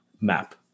map